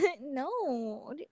no